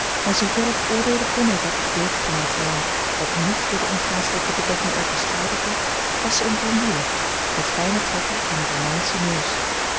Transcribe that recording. maar zoover ik oordeelen kon uit dat gedeelte van haar gelaat dat niet door de ongracelijke bedekking overschaduwd werd was zij eene blondine met fijne trekken en een romeinschen neus